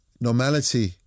Normality